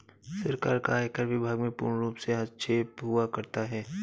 सरकार का आयकर विभाग में पूर्णरूप से हस्तक्षेप हुआ करता है